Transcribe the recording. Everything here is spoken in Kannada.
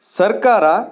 ಸರ್ಕಾರ